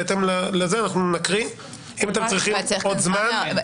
אם אתם צריכים עוד זמן, בסדר.